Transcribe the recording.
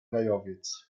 gajowiec